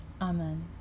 Amen